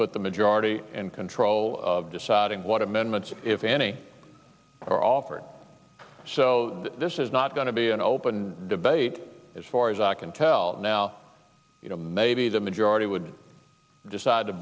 put the majority in control of deciding what amendments if any are offered so this is not going to be an open debate as far as i can tell now maybe the majority would decide to